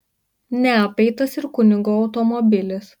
neapeitas ir kunigo automobilis